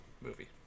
movie